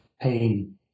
pain